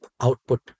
output